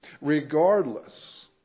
regardless